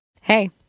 Hey